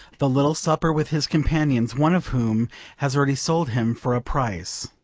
the little supper with his companions, one of whom has already sold him for a price